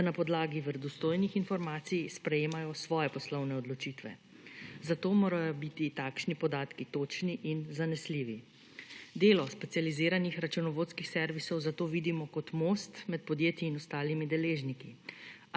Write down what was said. da na podlagi verodostojnih informacij sprejemajo svoje poslovne odločitve, zato morajo biti takšni podatki točni in zanesljivi. Delo specializiranih računovodskih servisov zato vidimo kot most med podjetji in ostalimi deležniki,